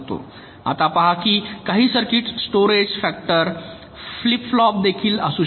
आता पहा काही circuits storage factor flip flop देखील असू शकतात